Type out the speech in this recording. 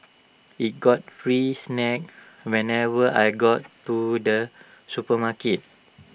E got free snacks whenever I got to the supermarket